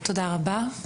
תודה רבה.